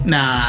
Nah